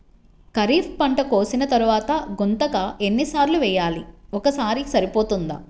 ఖరీఫ్ పంట కోసిన తరువాత గుంతక ఎన్ని సార్లు వేయాలి? ఒక్కసారి సరిపోతుందా?